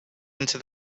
into